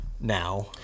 Now